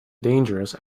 dangerous